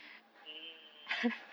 mm